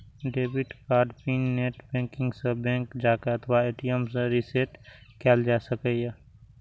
debit कार्डक pin net banking सं, bank जाके अथवा ए.टी.एम सं रीसेट कैल जा सकैए